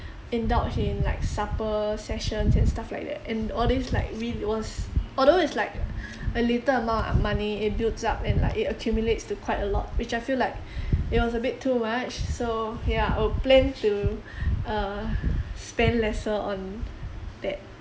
indulge in like supper sessions and stuff like that and all this like reall~ was although it's like a little amount of money it builds up and like it accumulates to quite a lot which I feel like it was a bit too much so ya I would plan to err spend lesser on that